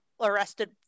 arrested